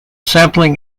sampling